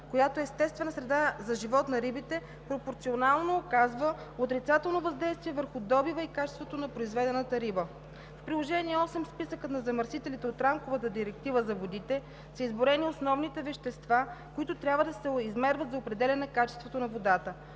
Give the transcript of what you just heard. която е естествена среда за живот на рибите, пропорционално оказва отрицателно въздействие върху добива и качеството на произведената риба. В Приложение VIII в списъка на замърсилите от Рамковата директива за водите са изброени основните вещества, които трябва да се измерват за определяне качеството на водата.